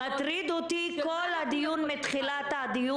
מטריד אותי כל הדיון מתחילתו.